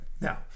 Now